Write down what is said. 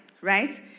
right